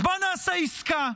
אז בואו נעשה עסקה.